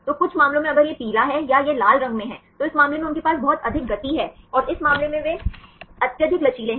तो कुछ मामलों में अगर यह पीला है या यह लाल रंग में है तो इस मामले में उनके पास बहुत अधिक गति है और इस मामले में वे अत्यधिक लचीले हैं